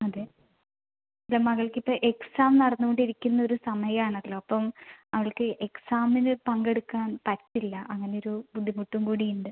അതെ മകൾക്ക് ഇപ്പോൾ എക്സാം നടന്ന് കൊണ്ട് ഇരിക്കുന്ന ഒരു സമയം ആണല്ലോ അപ്പം അവൾക്ക് എക്സാമിന് പങ്കെടുക്കാൻ പറ്റില്ല അങ്ങനെ ഒരു ബുദ്ധിമുട്ടും കൂടി ഉണ്ട്